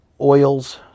Oils